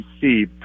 see